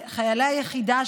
חיילי היחידה,